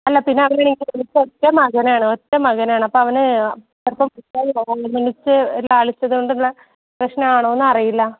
അല്ല പിന്നവനീ ഒറ്റമകനാണ് ഒറ്റമകനാണ് അപ്പോൾ അവന് അല്പം ഓമനിച്ച് ലാളിച്ചത് കൊണ്ടുള്ള പ്രശ്നാണോന്നറിയില്ല